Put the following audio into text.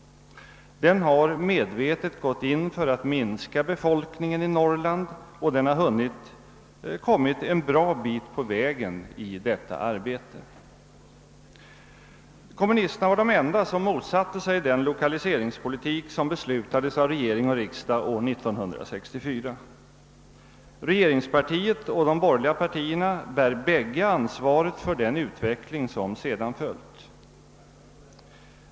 Den har medvetet gått in för att minska befolkningen i Norrland, och den har kommit ett gott stycke på vägen i detta arbete. Kommunisterna var de enda som motsatte sig den lokaliseringspolitik som beslutades av regering och riksdag år 1964. Regeringspartiet och de borgerliga partierna bär alla ansvaret för den utveckling som sedan följt.